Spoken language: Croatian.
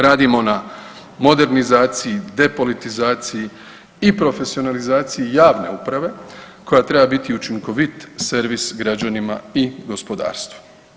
Radimo na modernizaciji, depolitizaciji i profesionalizaciji javne uprave koja treba biti učinkovit servis građanima i gospodarstvu.